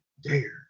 Dare